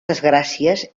desgràcies